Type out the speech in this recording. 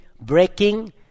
breaking